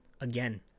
again